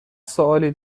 سوالی